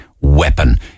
weapon